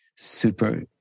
super